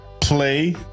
play